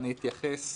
אני אתייחס